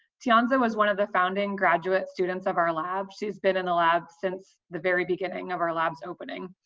tianzi was one of the founding graduate students of our lab. she's been in the lab since the very beginning of our lab's opening,